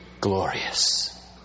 glorious